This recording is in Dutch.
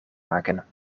maken